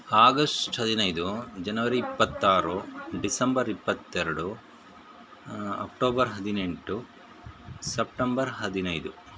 August ಹದಿನೈದು ಜನವರಿ ಇಪ್ಪತ್ತಾರು ಡಿಸೆಂಬರ್ ಇಪ್ಪತ್ತೆರಡು ಅಕ್ಟೋಬರ್ ಹದಿನೆಂಟು ಸಪ್ಟಂಬರ್ ಹದಿನೈದು